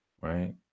right